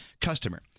customer